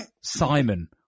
Simon